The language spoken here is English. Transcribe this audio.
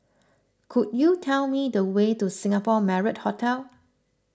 could you tell me the way to Singapore Marriott Hotel